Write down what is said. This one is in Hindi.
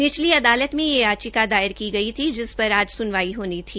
निचली अदालत में यह याचिका दायर की गई जिस पर आज सुनवाई होनी थी